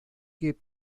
que